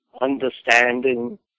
understanding